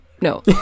no